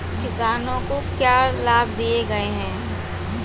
किसानों को क्या लाभ दिए गए हैं?